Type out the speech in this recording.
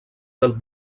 del